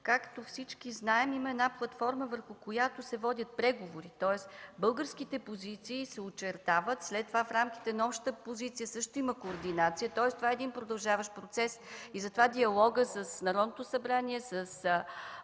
Както всички знаем, има платформа, върху която се водят преговори. Българските позиции се очертават, след това в рамките на общата позиция също има координация, тоест това е продължаващ процес. Диалогът с Народно събрание, с